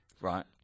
Right